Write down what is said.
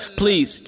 please